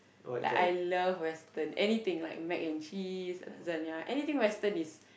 like I love western anything like mac and cheese lasagna anything western is